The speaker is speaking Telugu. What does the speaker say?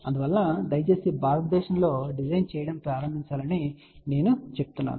అందువల్ల దయచేసి భారతదేశంలో డిజైన్ చేయడం ప్రారంభించాలని నేను నొక్కిచెప్పాను